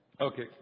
Okay